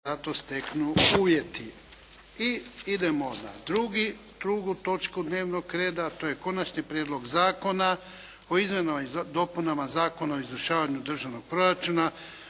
Ivan (HDZ)** I idemo na drugu točku dnevnog reda, a to je - Konačni prijedlog zakona o izmjenama i dopunama Zakona o izvršavanju Državnog proračuna